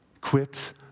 Quit